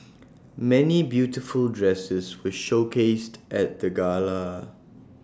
many beautiful dresses were showcased at the gala